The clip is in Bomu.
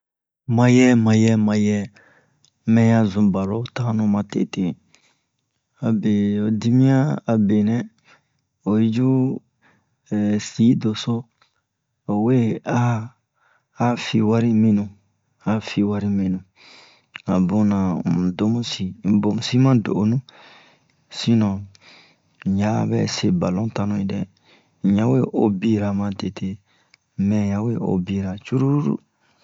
mayɛ mayɛ mayɛ mɛ ya zun balon tannu matete abe ho dimiyan a benɛ oyi cu si doso o we a a fi wari minu a fi wari minu a bunna un domusi un bomusi ma do'onu sinon un ya ɓɛ se balon tan nu un ya we o bi-ra matete mɛ ya we o bi-ra curulu